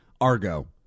Argo